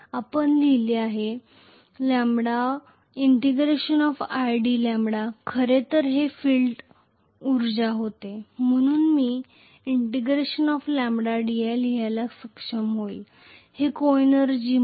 आपण लिहिले ∫𝑖𝑑𝜆 खरे तर ते फील्ड उर्जा होते म्हणून मी ∫𝜆𝑑i लिहायला सक्षम होईल हे सहऊर्जाको एनर्जी म्हणून